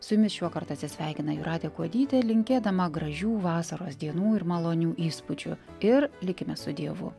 su jumis šiuokart atsisveikina jūratė kuodytė linkėdama gražių vasaros dienų ir malonių įspūdžių ir likime su dievu